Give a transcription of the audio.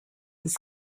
this